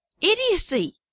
idiocy